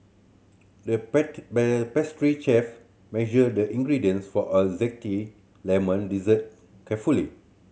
the pastry chef measured the ingredients for a zesty lemon dessert carefully